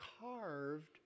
carved